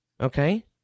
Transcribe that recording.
Okay